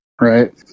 Right